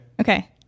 Okay